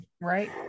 right